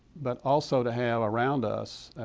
but also to have around us,